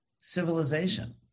civilization